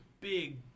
big